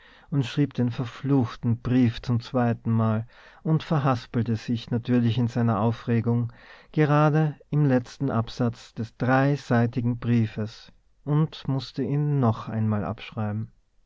und schrieb den verfluchten brief zum zweitenmal und verhaspelte sich natürlich in seiner aufregung gerade im letzten absatz des dreiseitigen briefes und mußte ihn noch einmal abschreiben